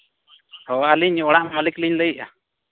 ᱦᱳᱭ ᱟᱹᱞᱤᱧ ᱚᱲᱟᱜ ᱢᱟᱹᱞᱤᱠ ᱞᱤᱧ ᱞᱟᱹᱭᱮᱜᱼᱟ